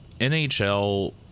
NHL